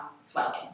swelling